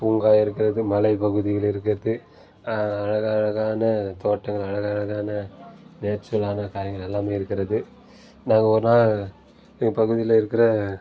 பூங்கா இருக்கிறது மலை பகுதிகள் இருக்கிறது அழகழகான தோட்டம் அழகழகான நேச்சுரலான காய்கள் எல்லாமே இருக்கிறது நாங்கள் ஒரு நாள் எங்கள் பகுதியில் இருக்கிற